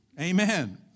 Amen